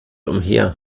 umher